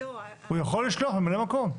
הוא יכול לשלוח ממלא מקום.